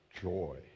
Joy